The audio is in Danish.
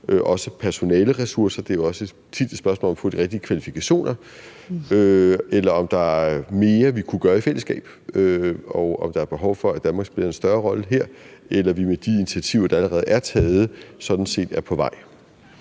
også personaleressourcer – det er jo også tit et spørgsmål om at få folk med de rigtige kvalifikationer – eller om der er mere, vi kunne gøre i fællesskab, om der er behov for, at Danmark spiller en større rolle her, eller om vi med de initiativer, der allerede er taget, sådan set er på vej.